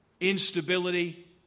instability